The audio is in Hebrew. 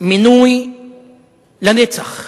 מינוי לנצח.